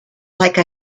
like